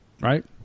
right